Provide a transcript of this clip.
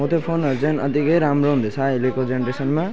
हो त्यो फोनहरू चाहिँ अधिकै राम्रो हुँदैछ अहिलेको जेनेरेसनमा